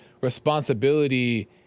responsibility